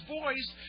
voice